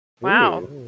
Wow